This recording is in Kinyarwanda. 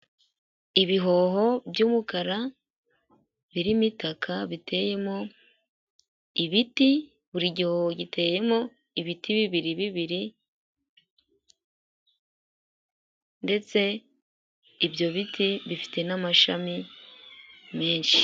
Ibihoho by'umukara birimo itaka biteyemo ibiti, buri gihoho giteyemo ibiti bibiri bibiri ndetse ibyo biti bifite n'amashami menshi.